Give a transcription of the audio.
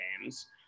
games